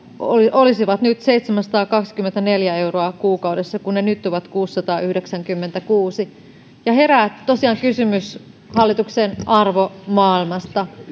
olisivat nyt seitsemänsataakaksikymmentäneljä euroa kuukaudessa kun ne nyt ovat kuusisataayhdeksänkymmentäkuusi euroa herää tosiaan kysymys hallituksen arvomaailmasta